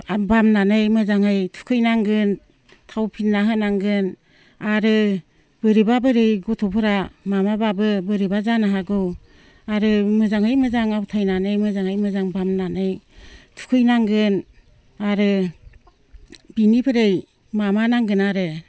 बामनानै मोजाङै थुखैनांगोन थाव फिनना होनांगोन आरो बोरैबा बोरै गथ'फोरा माबाब्लाबो बोरैबा जानो हागौ आरो मोजाङै मोजां आवथायनानै मोजाङै मोजां बामनानै थुखैनांगोन आरो बिनिफ्राइ माबा नांगोन आरो